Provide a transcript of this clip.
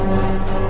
World